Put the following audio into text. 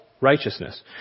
righteousness